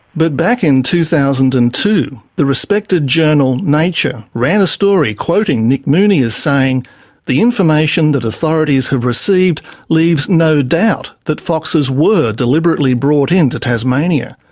but back in two thousand and two, the respected journal nature ran a story quoting nick mooney as saying the information that authorities have received leaves no doubt that foxes were deliberately brought into tasmania.